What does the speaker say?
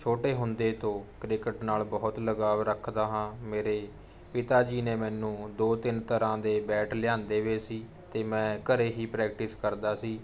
ਛੋਟੇ ਹੁੰਦੇ ਤੋਂ ਕ੍ਰਿਕਟ ਨਾਲ ਬਹੁਤ ਲਗਾਵ ਰੱਖਦਾ ਹਾਂ ਮੇਰੇ ਪਿਤਾ ਜੀ ਨੇ ਮੈਨੂੰ ਦੋ ਤਿੰਨ ਤਰ੍ਹਾਂ ਦੇ ਬੈਟ ਲਿਆਂਦੇ ਵੇ ਸੀ ਅਤੇ ਮੈਂ ਘਰ ਹੀ ਪ੍ਰੈਕਟਿਸ ਕਰਦਾ ਸੀ